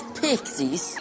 pixies